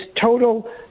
total